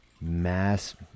mass